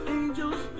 angels